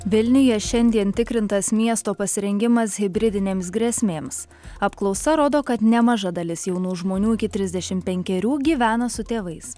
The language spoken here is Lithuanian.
vilniuje šiandien tikrintas miesto pasirengimas hibridinėms grėsmėms apklausa rodo kad nemaža dalis jaunų žmonių iki trisdešim penkerių gyvena su tėvais